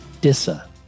DISA